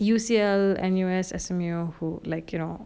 U_C_L N_U_S S_M_U who like you know